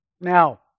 Now